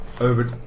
over